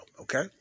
okay